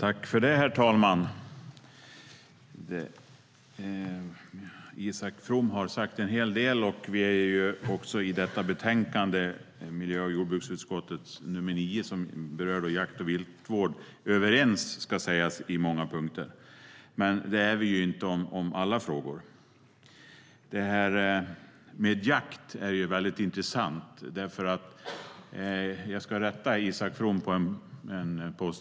Herr talman! Isak From har sagt en hel del. Vi är överens på många punkter i detta betänkande, Jakt och viltvårdJag ska rätta Isak From.